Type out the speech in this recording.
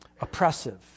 oppressive